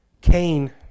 Cain